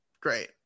Great